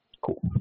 Cool